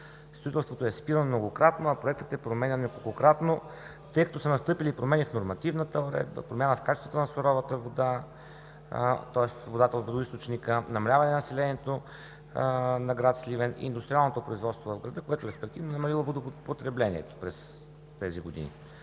строителството е спирано многократно, а проектът е променян неколкократно, тъй като са настъпили промени в нормативната уредба, промяна в качествата на суровата вода, тоест водата от водоизточника, намаляване на населението на град Сливен и индустриалното производство в града, което респективно е намалило водопотреблението през тези години.